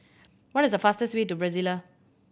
what is the fastest way to Brasilia